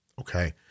Okay